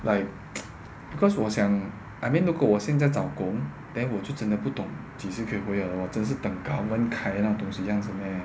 like because 我想 I mean 如果我现在找工 then 我就真的不懂几时可以回了咯真的是等 government 开那个东西这样子 meh